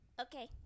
Okay